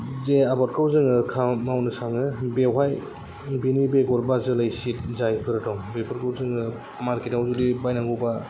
जे आबादखौ जोङो खामानि मावनो सानो बेयावहाय बेनि बेगर बा जोलै सिद जायफोर दं बेफोरखौ जोङो मार्केत आव जुदि बायनांगौबा